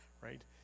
right